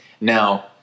Now